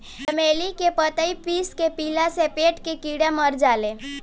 चमेली के पतइ पीस के पियला से पेट के कीड़ा मर जाले